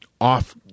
off